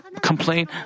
complain